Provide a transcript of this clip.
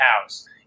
house